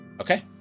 okay